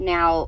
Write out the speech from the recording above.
Now